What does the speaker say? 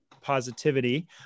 positivity